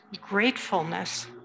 gratefulness